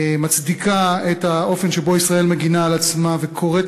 מצדיקה את האופן שבו ישראל מגינה על עצמה וקוראת